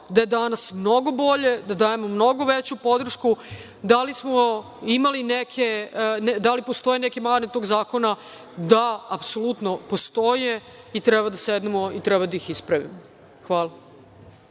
da je danas mnogo bolje, da dajemo mnogo veću podršku. Da li postoje neke mane tog zakona? Da, apsolutno postoje i treba da sednemo i treba da ih ispravimo. Hvala.